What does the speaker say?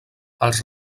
els